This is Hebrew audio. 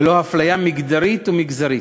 ללא אפליה מגדרית ומגזרית.